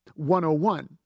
101